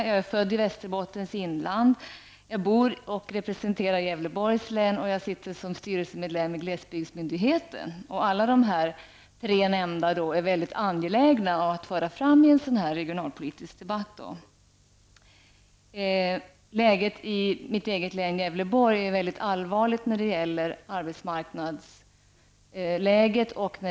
Jag är född i Västerbottens inland, jag bor i och representerar Gävleborgs län och jag är styrelsemedlem vid glesbygdsmyndigheten. Allt detta är väldigt angeläget att föra fram i en regionalpolitisk debatt. I mitt hemlän, Gävleborg, är läget väldigt allvarligt när det gäller arbetsmarknaden.